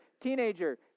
Teenager